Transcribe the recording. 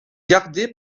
gardés